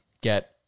get